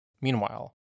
Meanwhile